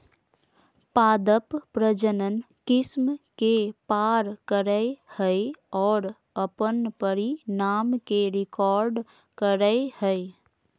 पादप प्रजनन किस्म के पार करेय हइ और अपन परिणाम के रिकॉर्ड करेय हइ